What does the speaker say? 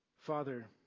Father